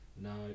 no